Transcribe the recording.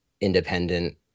independent